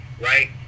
right